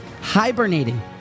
hibernating